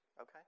okay